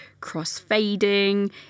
cross-fading